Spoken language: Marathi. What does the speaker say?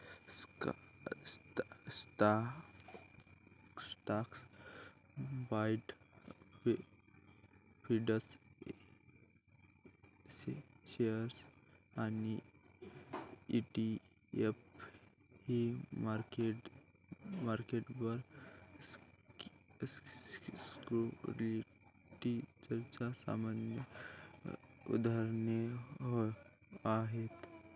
स्टॉक्स, बाँड्स, प्रीफर्ड शेअर्स आणि ई.टी.एफ ही मार्केटेबल सिक्युरिटीजची सामान्य उदाहरणे आहेत